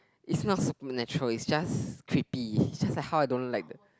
it's not supernatural it's just creepy just like how I don't like the